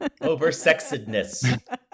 Over-sexedness